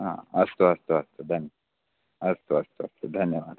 हा अस्तु अस्तु अस्तु तत् अस्तु अस्तु अस्तु धन्यवादः